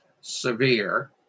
severe